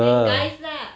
and guys lah